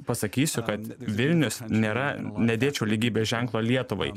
pasakysiu kad vilnius nėra nedėčiau lygybės ženklo lietuvai